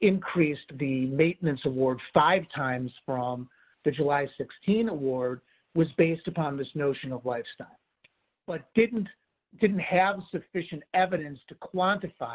increased the maintenance award five times from the july sixteen awards was based upon this notion of lifestyle but didn't didn't have sufficient evidence to quantify